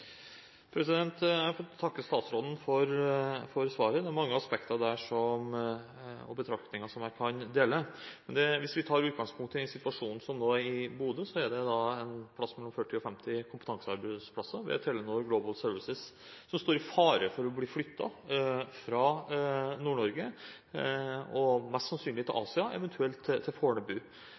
Jeg får takke statsråden for svaret. Det er mange aspekter og betraktninger der som jeg kan dele. Men hvis vi tar utgangspunkt i den situasjonen i Bodø, er det et sted mellom 40 og 50 kompetansearbeidsplasser ved Telenor Global Shared Services som står i fare for å bli flyttet fra Nord-Norge – mest sannsynlig til Asia, eventuelt til Fornebu.